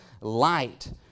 light